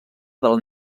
del